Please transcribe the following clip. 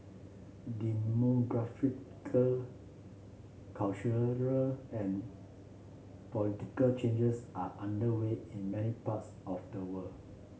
demographic cultural and political changes are underway in many parts of the world